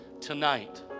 tonight